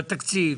בתקציב,